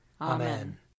Amen